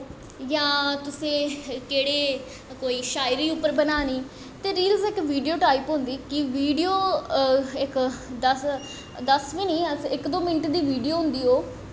जां तुसें केह्ड़े जां शायरी उप्पर बनानी ते रीलस इक वीडियो टाईप होंदी कि वीडियो इक दस दस बी नी इक दो मिन्ट दी बीडियो होंदी ओह्